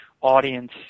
audience